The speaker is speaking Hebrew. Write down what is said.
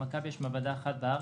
למכבי יש מעבדה אחת בארץ.